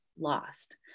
lost